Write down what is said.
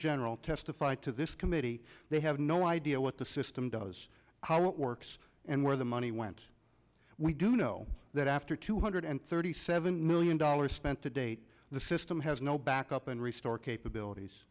general testified to this committee they have no idea what the system does how it works and where the money went we do know that after two hundred thirty seven million dollars spent to date the system has no backup and restore capabilities